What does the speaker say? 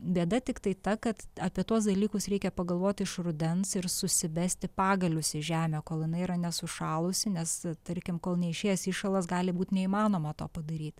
bėda tiktai ta kad apie tuos dalykus reikia pagalvoti iš rudens ir susivesti pagalius į žemę kol jinai yra nesušalusi nes tarkim kol neišėjęs įšalas gali būt neįmanoma to padaryt